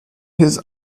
his